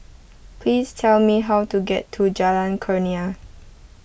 please tell me how to get to Jalan Kurnia